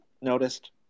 noticed